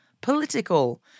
political